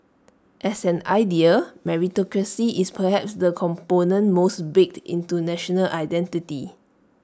as an idea meritocracy is perhaps the component most baked into national identity